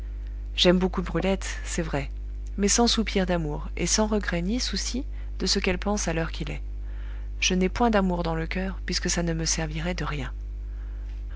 j'aime beaucoup brulette c'est vrai mais sans soupirs d'amour et sans regret ni souci de ce qu'elle pense à l'heure qu'il est je n'ai point d'amour dans le coeur puisque ça ne me servirait de rien